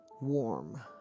warm